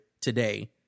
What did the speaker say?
today